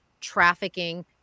trafficking